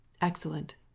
Excellent